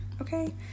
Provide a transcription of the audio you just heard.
okay